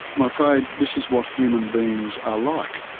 i'm afraid this is what human beings are like.